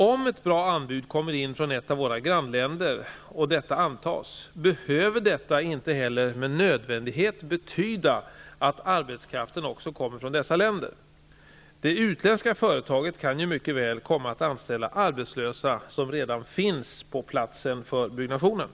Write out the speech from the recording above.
Om ett bra anbud kommer in från ett av våra grannländer och detta antas, behöver det inte heller med nödvändighet betyda att arbetskraften också kommer från dessa länder. Det utländska företaget kan ju mycket väl komma att anställa arbetslösa som redan finns på platsen för byggandet.